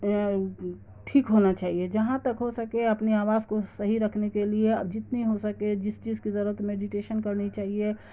ٹھیک ہونا چاہیے جہاں تک ہو سکے اپنی آواز کو صحیح رکھنے کے لیے اب جتنی ہو سکے جس چیز کی ضرورت میڈیٹیشن کرنی چاہیے